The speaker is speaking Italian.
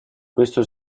questo